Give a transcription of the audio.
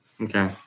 Okay